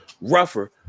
rougher